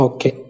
Okay